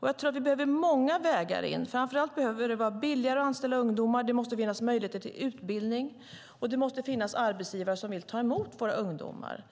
Jag tror att vi behöver många vägar in. Framför allt behöver det vara billigare att anställa ungdomar. Det måste finnas möjligheter till utbildning, och det måste finnas arbetsgivare som vill ta emot våra ungdomar.